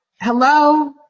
hello